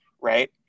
Right